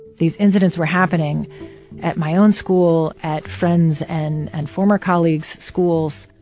these incidents were happening at my own school, at friends' and and former colleagues' schools.